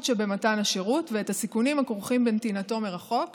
שבמתן השירות ואת הסיכונים הכרוכים בנתינתו מרחוק